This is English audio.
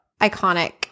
iconic